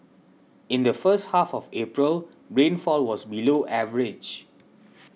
in the first half of April rainfall was below average